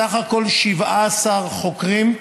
סך הכול 17 חוקרים,